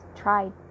tried